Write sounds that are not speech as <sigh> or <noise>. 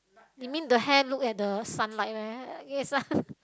you mean the hair look at the sunlight meh it's a <laughs>